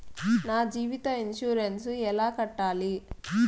నా జీవిత ఇన్సూరెన్సు ఎలా కట్టాలి?